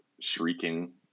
shrieking